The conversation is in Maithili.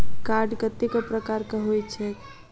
कार्ड कतेक प्रकारक होइत छैक?